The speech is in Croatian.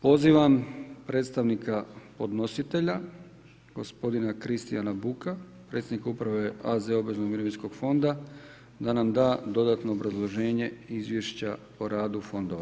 Pozivam predstavnika podnositelja, gospodina Kristijana Buka, predsjednika Uprave AZ obveznog mirovinskog fonda da nam da dodatno obrazloženje izvješća o radu fondova.